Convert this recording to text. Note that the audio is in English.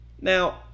Now